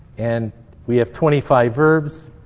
and we have twenty five verbs,